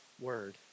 word